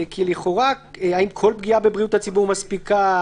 לכאורה, האם כל פגיעה בבריאות הציבור מספיקה?